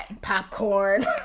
Popcorn